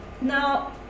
Now